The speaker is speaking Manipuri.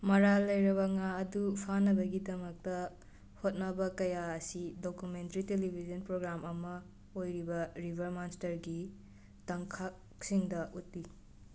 ꯃꯔꯥꯜ ꯂꯩꯔꯕ ꯉꯥ ꯑꯗꯨ ꯐꯥꯅꯕꯒꯤꯗꯃꯛꯇ ꯍꯣꯠꯅꯕ ꯀꯌꯥ ꯑꯁꯤ ꯗꯣꯀꯨꯃꯦꯟꯇꯔꯤ ꯇꯦꯂꯤꯕꯤꯖꯟ ꯄ꯭ꯔꯣꯒ꯭ꯔꯥꯝ ꯑꯃ ꯑꯣꯏꯔꯤꯕ ꯔꯤꯕꯔ ꯃꯣꯟꯁꯇꯔꯒꯤ ꯇꯥꯡꯈꯛꯁꯤꯡꯗ ꯎꯠꯂꯤ